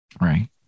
right